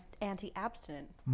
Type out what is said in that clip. anti-abstinent